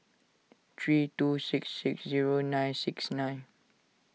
three two six six zero nine six nine